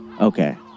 okay